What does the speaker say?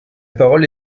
parole